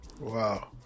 Wow